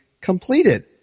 completed